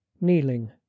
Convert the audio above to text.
kneeling